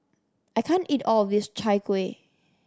I can't eat all of this Chai Kueh